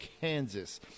Kansas